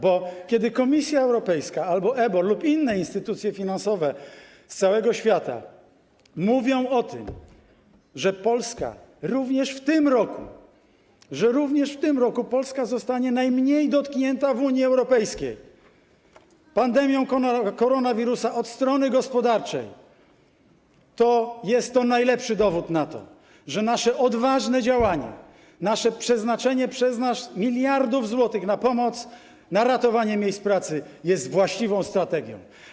Bo kiedy Komisja Europejska albo EBOR lub inne instytucje finansowe z całego świata mówią o tym, że Polska również w tym roku zostanie najmniej dotknięta w Unii Europejskiej pandemią koronawirusa od strony gospodarczej, to jest to najlepszy dowód na to, że nasze odważne działania, przeznaczenie przez nas miliardów złotych na pomoc, na ratowanie miejsc pracy, jest właściwą strategią.